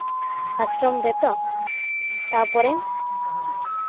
ᱟᱥᱨᱚᱢ ᱨᱮᱛᱚ ᱛᱟᱨᱯᱚᱨᱮ